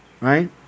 right